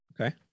Okay